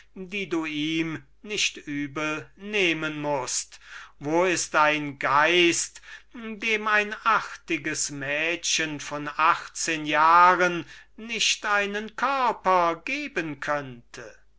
die du ihm nicht übel nehmen mußt wo ist ein geist dem ein hübsches mädchen von achtzehn jahren nicht einen körper geben könnte